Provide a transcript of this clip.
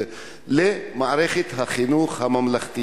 למערכת החינוך הממלכתית?